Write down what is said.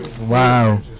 Wow